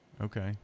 Okay